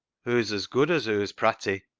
hoo's as good as hoo's pratty.